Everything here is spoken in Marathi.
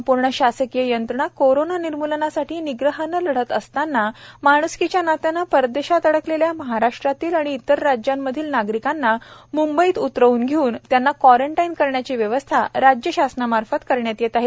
संपूर्ण शासकीय यंत्रणा कोरोना निर्म्लनासाठी निग्रहाने लढत असतांना माण्सकीच्या नात्याने परदेशात अडकलेल्या महाराष्ट्रातील आणि इतर राज्यांमधील नागरिकांना म्ंबईत उतरवून घेऊन त्यांना क्वारंटाईन करण्याची व्यवस्था राज्य शासनामार्फत करण्यात येत आहे